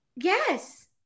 Yes